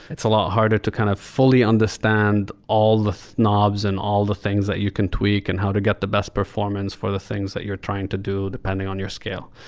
it's a lot harder to kind of fully understand all the knobs and all the things that you can tweak and how to get the best performance for the things that you're trying to do depending on your scale.